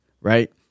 right